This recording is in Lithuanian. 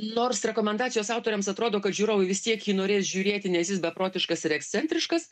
nors rekomendacijos autoriams atrodo kad žiūrovai vis tiek jį norės žiūrėti nes jis beprotiškas ir ekscentriškas